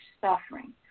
suffering